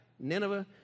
Nineveh